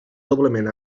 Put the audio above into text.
doblement